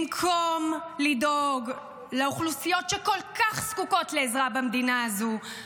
במקום לדאוג לאוכלוסיות שכל כך זקוקות לעזרה במדינה הזו,